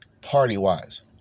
party-wise